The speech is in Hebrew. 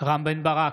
רם בן ברק,